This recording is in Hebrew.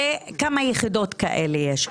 וכמה יחידות כאלה יש.